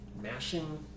mashing